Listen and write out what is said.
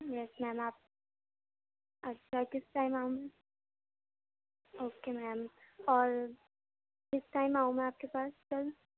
یس ma'am آپ اچھا کس ٹائم آؤں میں اوکے میم اور کس ٹائم آؤں میں آپ کے پاس کل